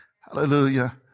Hallelujah